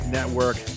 Network